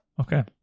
Okay